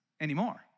anymore